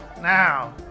Now